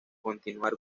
continuar